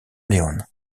leone